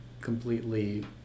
completely